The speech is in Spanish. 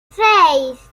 seis